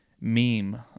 meme